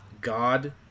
God